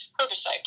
herbicide